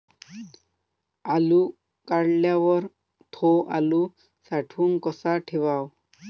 आलू काढल्यावर थो आलू साठवून कसा ठेवाव?